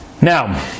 Now